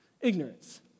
Ignorance